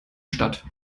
statt